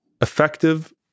effective